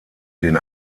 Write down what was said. den